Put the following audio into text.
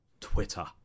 Twitter